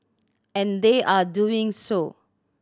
and they are doing so